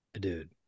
dude